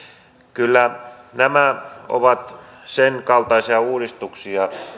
kyllä nämä ovat sen kaltaisia uudistuksia